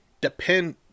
depend